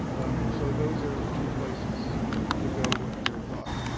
um, so those are two places to go with your thought.